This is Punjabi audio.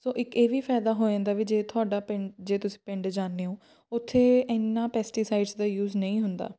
ਸੋ ਇੱਕ ਇਹ ਵੀ ਫਾਇਦਾ ਹੋ ਜਾਂਦਾ ਵੀ ਜੇ ਤੁਹਾਡਾ ਪਿੰਡ ਜੇ ਤੁਸੀਂ ਪਿੰਡ ਜਾਂਦੇ ਹੋ ਉੱਥੇ ਇੰਨਾਂ ਪੈਸਟੀਸਾਈਡਸ ਦਾ ਯੂਜ ਨਹੀਂ ਹੁੰਦਾ